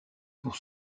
pour